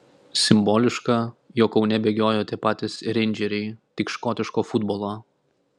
simboliška jog kaune bėgiojo tie patys reindžeriai tik škotiško futbolo